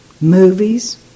Movies